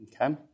Okay